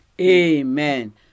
Amen